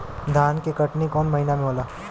धान के कटनी कौन महीना में होला?